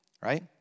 right